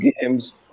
games